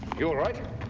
you alright?